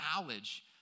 knowledge